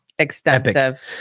Extensive